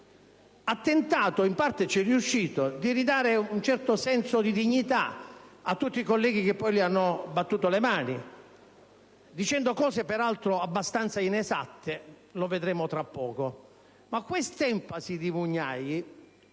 ha tentato, ed in parte ci è riuscito, di ridare un certo senso di dignità a tutti i colleghi di Gruppo, che poi gli hanno battuto le mani, dicendo cose peraltro abbastanza inesatte (lo vedremo tra poco). Ma l'enfasi di Mugnai